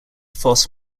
foss